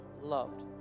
loved